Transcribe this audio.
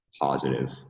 positive